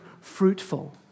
fruitful